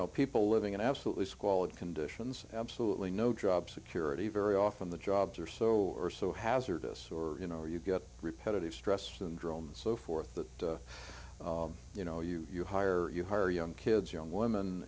know people living in absolutely squalid conditions absolutely no job security very often the jobs are so are so hazardous or you know you get repetitive stress syndrome and so forth that you know you you hire you hire young kids young wom